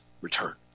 return